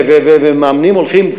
ומאמנים הולכים,